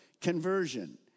conversion